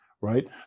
right